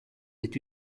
est